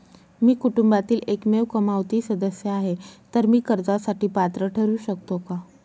मी कुटुंबातील एकमेव कमावती सदस्य आहे, तर मी कर्जासाठी पात्र ठरु शकतो का?